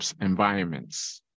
environments